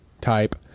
type